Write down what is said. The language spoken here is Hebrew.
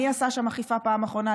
מי עשה שם אכיפה בפעם האחרונה,